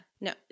No